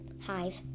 hive